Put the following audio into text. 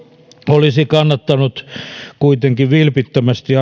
olisi kannattanut kuitenkin vilpittömästi